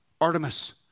Artemis